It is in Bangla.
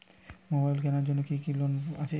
মোবাইল কেনার জন্য কি কোন লোন আছে?